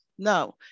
No